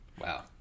Wow